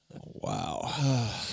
Wow